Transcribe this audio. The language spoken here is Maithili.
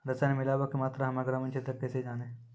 रसायन मिलाबै के मात्रा हम्मे ग्रामीण क्षेत्रक कैसे जानै?